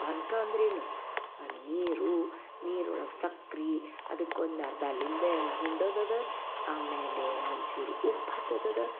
ಪಾನ್ಕ ಅಂದರೇನು ನೀರು ನೀರೊಳಗೆ ಸಕ್ರೆ ಅದಕ್ಕೊಂದು ಅರ್ಧ ಲಿಂಬೆಹಣ್ಣು ಹಿಂಡೋದದ ಆಮೇಲೆ ಒಂಚೂರು ಉಪ್ಪು ಹಾಕೋದದು